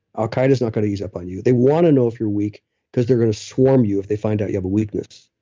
al qaeda is not going to use up on you. they want to know if you're weak because they're going to swarm you if they find out you have a weakness.